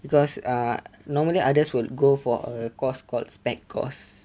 because err normally others will go for a course called spec course